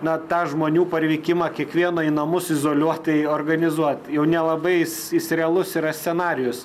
na tą žmonių parvykimą kiekvieną į namus izoliuotai organizuot jau nelabai jis jis realus yra scenarijus